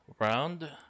round